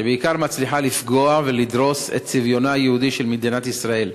שבעיקרה מצליחה לפגוע ולדרוס את צביונה היהודי של מדינת ישראל.